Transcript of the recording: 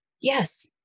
Yes